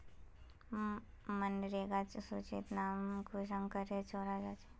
मनरेगा सूचित नाम कुंसम करे चढ़ो होबे?